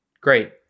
Great